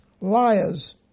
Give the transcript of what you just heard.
liars